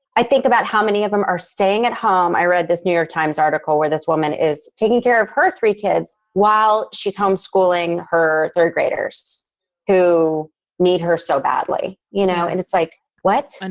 i think about how many of them are staying at home. i read this new york times article where this woman is taking care of her three kids while she's home schooling her third graders who need her so badly. you know, and it's like what? and